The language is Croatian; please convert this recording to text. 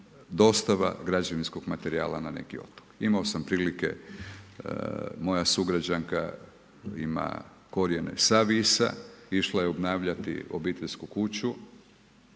dosta građevinskog materijala na neki otok. Imao sam prilike, moja sugrađanka ima korijene sa Visa, išla je obnavljati obiteljsku kuću,